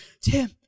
Tim